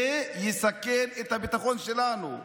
זה יסכן את הביטחון שלנו.